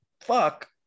fuck